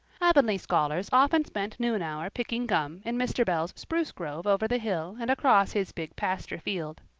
avonlea scholars often spent noon hour picking gum in mr. bell's spruce grove over the hill and across his big pasture field.